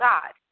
God